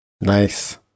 Nice